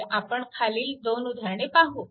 तर आपण खालील 2 उदाहरणे पाहू